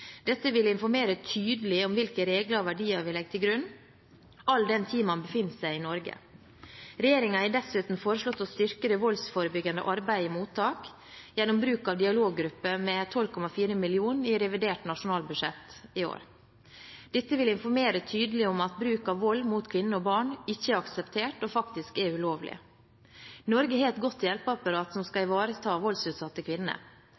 Dette vil informere tydelig om hvilke regler og verdier vi legger til grunn all den tid man befinner seg i Norge. Regjeringen har dessuten foreslått å styrke det voldsforebyggende arbeidet i mottak gjennom bruk av dialoggrupper med 12,4 mill. kr i revidert nasjonalbudsjett i år. Dette vil informere tydelig om at bruk av vold mot kvinner og barn ikke er akseptert og faktisk er ulovlig. Norge har et godt hjelpeapparat som skal ivareta voldsutsatte kvinner.